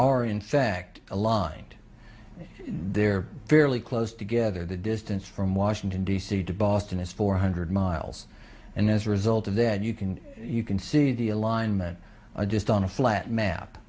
are in fact aligned they're fairly close together the distance from washington d c to boston is four hundred miles and as a result of that you can you can see the alignment i just on a flat map